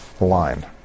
line